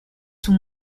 son